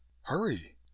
Hurry